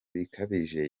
bikabije